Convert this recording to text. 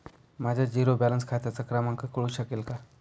माझ्या zero balance खात्याचा क्रमांक कळू शकेल का?